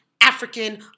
African